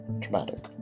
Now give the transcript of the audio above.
Traumatic